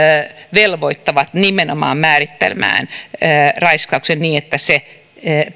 velvoittavat nimenomaan määrittelemään raiskauksen niin että se